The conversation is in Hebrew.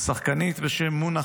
שחקנית בשם מונא